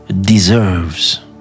deserves